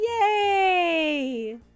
Yay